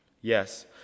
Yes